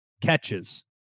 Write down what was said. catches